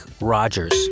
Rogers